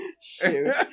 Shoot